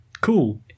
cool